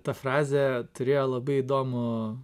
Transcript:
ta frazė turėjo labai įdomų